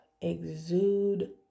Exude